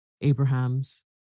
Abrahams